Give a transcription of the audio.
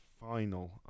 final